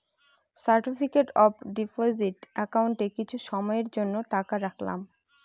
certificate of deposit একাউন্টে কিছু সময়ের জন্য টাকা রাখলাম